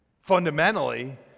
Fundamentally